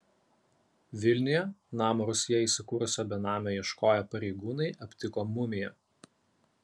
vilniuje namo rūsyje įsikūrusio benamio ieškoję pareigūnai aptiko mumiją